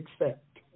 accept